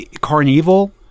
Carnival